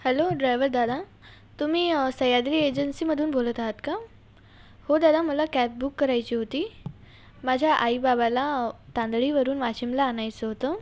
hello driver दादा तुम्ही सह्याद्री एजन्सीमधून बोलत आहात का हो दादा मला कॅब बुक करायची होती माझ्या आईबाबाला तांदळीवरून वाशिमला आणायचं होतं